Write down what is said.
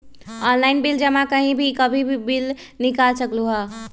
Online bill जमा कहीं भी कभी भी बिल निकाल सकलहु ह?